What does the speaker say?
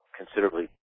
considerably